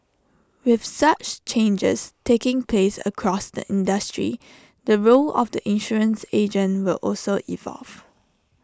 with such changes taking place across the industry the role of the insurance agent will also evolve